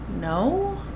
No